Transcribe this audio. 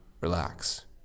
Relax